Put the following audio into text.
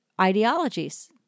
ideologies